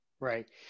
Right